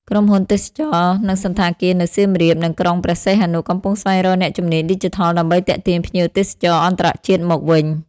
ក្រុមហ៊ុនទេសចរណ៍ និងសណ្ឋាគារនៅសៀមរាប និងក្រុងព្រះសីហនុ កំពុងស្វែងរកអ្នកជំនាញឌីជីថលដើម្បីទាក់ទាញភ្ញៀវទេសចរអន្តរជាតិមកវិញ។